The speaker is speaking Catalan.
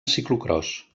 ciclocròs